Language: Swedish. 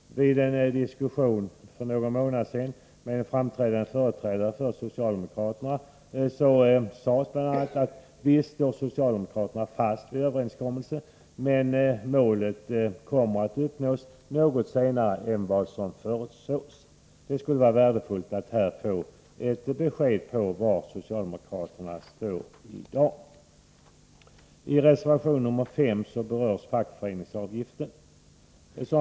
I en diskussion för någon månad sedan med framträdande företrädare för socialdemokraterna sades bl.a. att visst står socialdemokraterna fast vid överenskommelsen, men målet kommer att uppnås något senare än vad som förutsågs. Det skulle vara värdefullt att här få ett besked om var socialdemokraterna står i dag. I reservation 5 berörs fackföreningsavgiften.